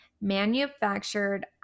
manufactured